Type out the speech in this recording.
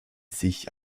sich